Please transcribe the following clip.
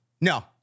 No